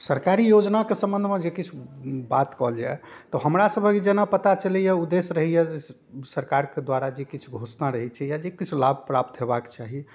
सरकारी योजनाके सम्बन्धमे जे किछु बात कहल जाइ तऽ हमरा सबके जेना पता चलैये उद्देश्य रहैये जे सरकारके द्वारा जे किछु घोषणा रहै छै या जे किछु लाभ प्राप्त हेबाके चाही